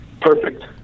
Perfect